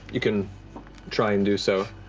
you can try and do so.